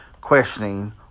questioning